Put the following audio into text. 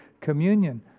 communion